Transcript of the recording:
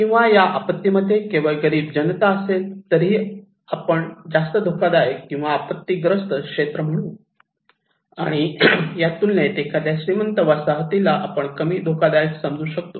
किंवा या आपत्तीमध्ये केवळ गरीब जनता असेल तरीही याला आपण जास्त धोकादायक किंवा आपत्तीग्रस्त क्षेत्र म्हणू आणि या तुलनेत एखाद्या श्रीमंत वसाहतीला आपण कमी धोकादायक समजू शकतो